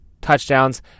touchdowns